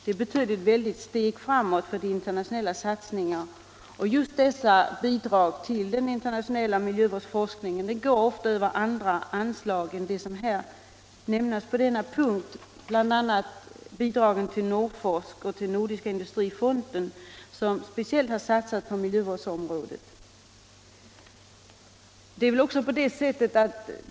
Denna betydde ett väldigt steg framåt för de internationella satsningarna. De svenska bidragen till denna internationella miljövårdsforskning går i stor utsträckning in under andra anslag än de anslag som redovisas under denna punkt. Det gäller bl.a. Nordforsk och Nordiska industrifonden, som speciellt har satsat på miljövårdsområdet.